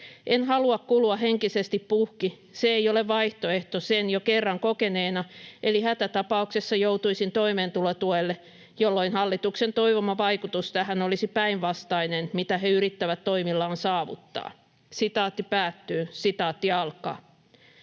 En halua kulua henkisesti puhki. Se ei ole vaihtoehto, sen jo kerran kokeneena, eli hätätapauksessa joutuisin toimeentulotuelle, jolloin hallituksen toivoma vaikutus tähän olisi päinvastainen kuin he yrittävät toimillaan saavuttaa.” ”Heka nostaa vuokria